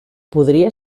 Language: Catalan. podria